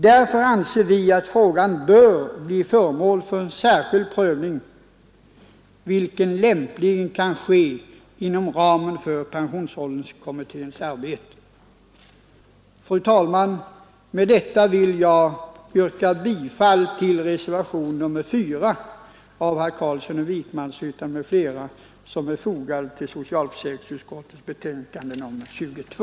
Därför anser vi att frågan bör bli föremål för en särskild prövning, vilken lämpligen kan ske inom ramen för pensionsålderskommitténs arbete. Fru talman! Med detta vill jag yrka bifall till reservationen 4 av herr Carlsson i Vikmanshyttan m.fl. som är fogad till socialförsäkringsutskottets betänkande nr 22.